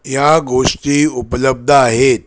या गोष्टी उपलब्ध आहेत